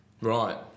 Right